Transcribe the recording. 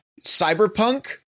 Cyberpunk